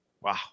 Wow